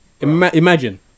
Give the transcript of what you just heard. Imagine